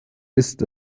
ist